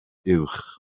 uwch